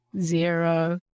zero